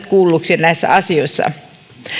kuulluiksi näissä asioissa